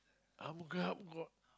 I'm gut got